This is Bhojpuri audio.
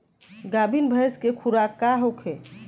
गाभिन भैंस के खुराक का होखे?